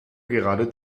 gerade